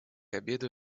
обеду